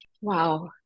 Wow